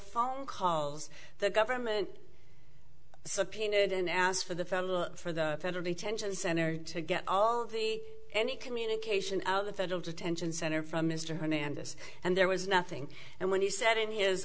phone calls the government subpoenaed and asked for the federal for the federal detention center to get all the any communication out of the federal detention center from mr hernandez and there was nothing and when he said in his